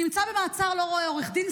נמצא במעצר, לא רואה עורך דין.